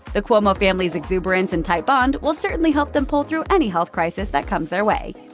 the cuomo family's exuberance and tight bond will certainly help them pull through any health crisis that comes their way.